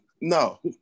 no